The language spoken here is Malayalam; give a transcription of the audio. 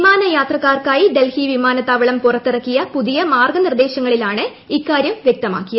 വിമാനയാത്രക്കാർക്കായി ഡൽഹി വിമാനത്താവളം പുറത്തിറക്കിയ പുതിയ മാർഗ്ഗുനിർദ്ദേശ ങ്ങളിലാണ് ഇക്കാര്യം വ്യക്തമാക്കുന്നത്